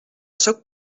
sóc